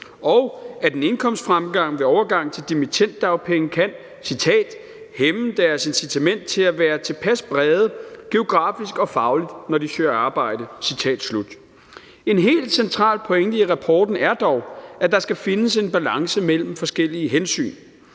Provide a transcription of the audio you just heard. og at en indkomstfremgang ved overgang til dimittenddagpenge kan »hæmme deres incitament til at være tilpas brede – geografisk og fagligt – når de søger arbejde«. En helt central pointe i rapporten er dog, at der skal findes en balance mellem forskellige hensyn.